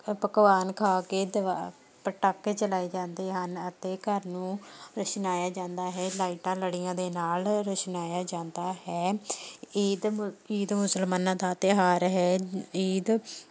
ਪਕਵਾਨ ਖਾ ਕੇ ਦਿਵਾ ਪਟਾਕੇ ਚਲਾਏ ਜਾਂਦੇ ਹਨ ਅਤੇ ਘਰ ਨੂੰ ਰੁਸ਼ਨਾਇਆ ਜਾਂਦਾ ਹੈ ਲਾਈਟਾਂ ਲੜੀਆਂ ਦੇ ਨਾਲ ਰੁਸ਼ਨਾਇਆ ਜਾਂਦਾ ਹੈ ਈਦ ਮ ਈਦ ਮੁਸਲਮਾਨਾਂ ਦਾ ਤਿਉਹਾਰ ਹੈ ਈਦ